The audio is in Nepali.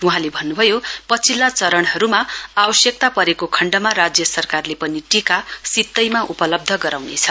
वहाँले भन्नुभयो पछिल्ला चरणहरूमा आवश्यकता परेको खण्डमा राज्य सरकारले पनि टीका सितैमा उपलब्ध गराउनेछ